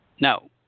Now